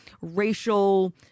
racial